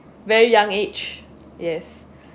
very young age yes